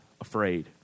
afraid